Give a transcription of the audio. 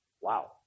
Wow